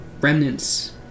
remnants